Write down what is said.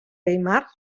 weimar